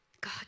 god